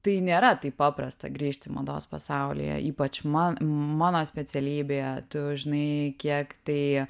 tai nėra taip paprasta grįžti mados pasaulyje ypač man mano specialybėje tu žinai kiek tai